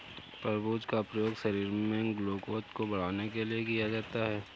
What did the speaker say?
तरबूज का प्रयोग शरीर में ग्लूकोज़ को बढ़ाने के लिए किया जाता है